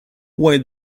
while